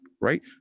Right